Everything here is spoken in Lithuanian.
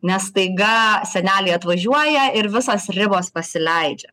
nes staiga seneliai atvažiuoja ir visos ribos pasileidžia